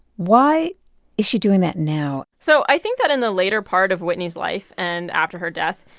why is she doing that now? so i think that in the later part of whitney's life and after her death,